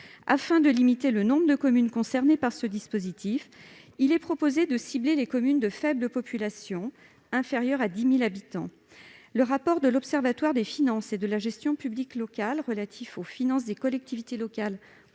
Afin de limiter le nombre de communes concernées par ce dispositif, il est proposé de cibler les communes de faible population, comptant moins de 10 000 habitants. En effet, le rapport de l'Observatoire des finances et de la gestion publique locales relatif aux finances des collectivités